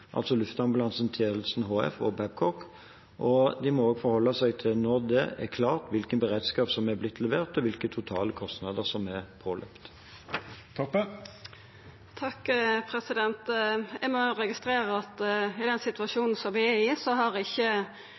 når det er klart hvilken beredskap som er blitt levert, og hvilke totale kostnader som er påløpt. Eg må registrera at i den situasjonen som vi er i, har ikkje regjeringa tid til å greia ut for Stortinget. Statsråden har